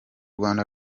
rwanda